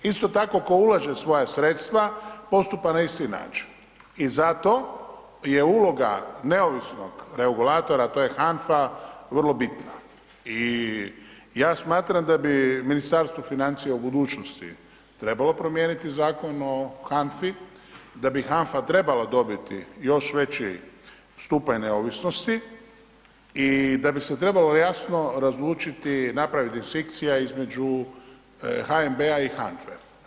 Isto tako, tko ulaže svoja sredstva, postupa na isti način i zato je uloga neovisnog regulatora, a to je HANFA vrlo bitna i ja smatram da bi Ministarstvo financija u budućnosti trebalo promijeniti Zakon o HANFA-i, da bi HANFA trebala dobiti još veći stupanj neovisnosti i da bi se trebalo jasno različiti, napraviti distinkcija između HNB-a i HANFA-e.